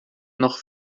noch